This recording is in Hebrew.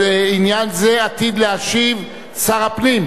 אם זה לא ייקלט אני גם אוסיף את ההצבעה הזאת.